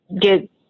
get